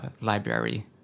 library